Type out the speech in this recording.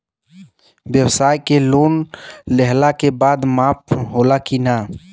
ब्यवसाय के लोन लेहला के बाद माफ़ होला की ना?